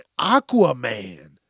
Aquaman